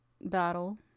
battle